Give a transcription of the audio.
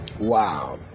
Wow